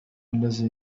الذي